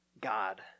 god